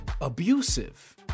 abusive